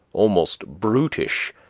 almost brutish,